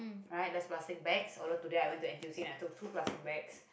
right less plastic bags although today I went to N_T_U_C and I took two plastic bags